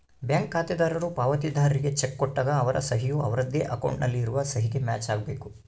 bank ಖಾತೆದಾರರು ಪಾವತಿದಾರ್ರಿಗೆ cheque ಕೊಟ್ಟಾಗ ಅವರ ಸಹಿ ಯು ಅವರದ್ದೇ ಅಕೌಂಟ್ ನಲ್ಲಿ ಇರುವ ಸಹಿಗೆ ಮ್ಯಾಚ್ ಆಗಬೇಕು